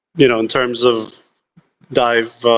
you know in terms of dive.